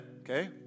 okay